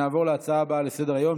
נעבור להצעה הבאה על סדר-היום,